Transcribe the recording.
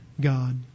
God